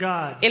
God